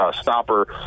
stopper